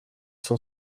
sont